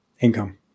income